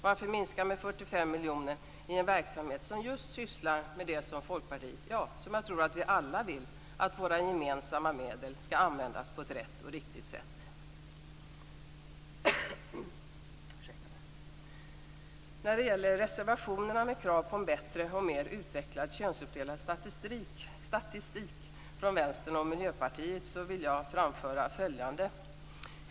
Varför minska med 45 miljoner i en verksamhet som just sysslar med något som Folkpartiet och alla andra tycker är bra - som ser till att våra gemensamma medel används på ett rätt och riktigt sätt? När det gäller reservationerna med krav på en bättre och mer utvecklad könsuppdelad statistik från Vänstern och Miljöpartiet vill jag framföra följande.